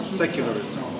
secularism